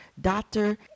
doctor